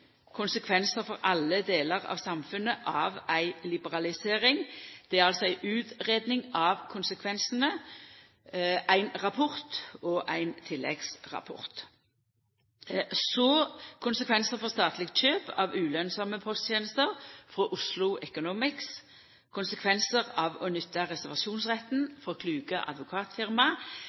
for alle delar av samfunnet av ei liberalisering, ein rapport og ein tilleggsrapport. Så er det ei utgreiing av konsekvensar for statleg kjøp av ulønnsame posttenester frå Oslo Economics. Vidare er det ei utgreiing av konsekvensar av å nytta reservasjonsretten frå Kluge Advokatfirma,